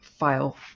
file